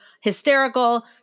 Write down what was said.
hysterical